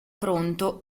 pronto